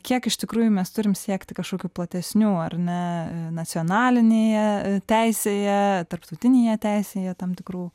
kiek iš tikrųjų mes turim siekti kažkokių platesnių ar ne nacionalinėje teisėje tarptautinėje teisėje tam tikrų